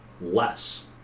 less